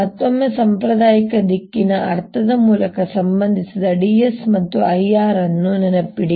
ಮತ್ತೊಮ್ಮೆ ಸಾಂಪ್ರದಾಯಿಕ ದಿಕ್ಕಿನ ಅರ್ಥದ ಮೂಲಕ ಸಂಬಂಧಿಸಿದ d s ಮತ್ತು I R ಅನ್ನು ನೆನಪಿಡಿ